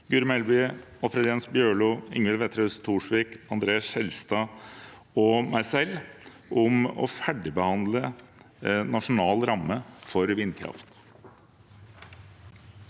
Guri Melby, Alfred Jens Bjørlo, Ingvild Wetrhus Thorsvik, André N. Skjelstad og meg selv om å ferdigbehandle nasjonal ramme for vindkraft.